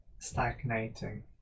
stagnating